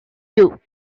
you